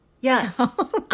Yes